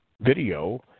video